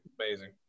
Amazing